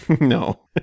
No